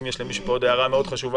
ואם יש למישהו פה הערה מאוד חשובה,